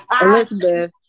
Elizabeth